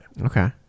Okay